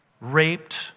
raped